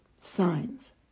signs